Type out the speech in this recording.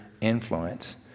influence